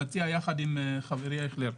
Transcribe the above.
עם חברי ח"כ אייכלר.